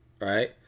right